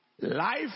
life